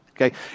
okay